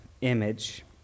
image